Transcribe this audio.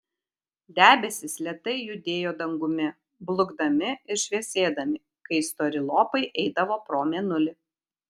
debesys lėtai judėjo dangumi blukdami ir šviesėdami kai stori lopai eidavo pro mėnulį